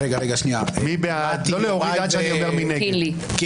מי נגד?